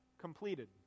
completed